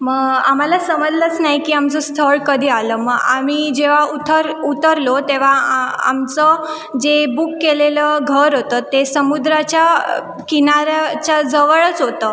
मग आम्हाला समजलंच नाही की आमचं स्थळ कधी आलं मग आम्ही जेव्हा उथर उतरलो तेव्हा आ आ आमचं जे बुक केलेलं घर होतं ते समुद्राच्या किनाऱ्याच्या जवळच होतं